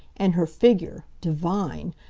and her figure divine!